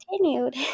continued